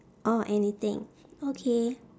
orh anything okay